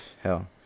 Hell